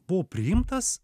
buvau priimtas